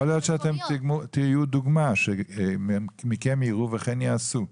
יכול להיות שתהיו דוגמה, מכם יראו וכן יעשו.